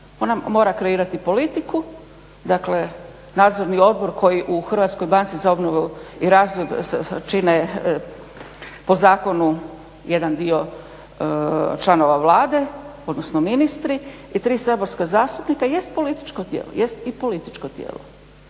Ona mora kreirati politiku, dakle nadzorni odbor koji u HBOR-u čine po zakonu jedan dio članova Vlade, odnosno ministri i tri saborska zastupnika jest političko tijelo. Ali ono mora